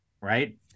right